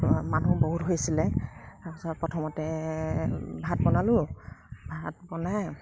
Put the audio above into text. মানুহ বহুত হৈছিলে তাৰপিছত প্ৰথমতে ভাত বনালোঁ ভাত বনাই